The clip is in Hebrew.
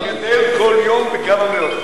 אני אומר לכם ביושר: